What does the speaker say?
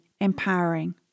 empowering